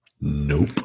Nope